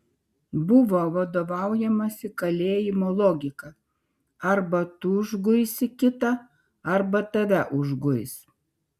buvo vadovaujamasi kalėjimo logika arba tu užguisi kitą arba tave užguis